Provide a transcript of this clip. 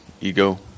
ego